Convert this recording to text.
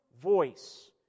voice